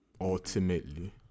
Ultimately